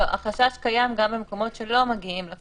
לא, החשש קיים גם במקומות שלא מגיעים לקוחות.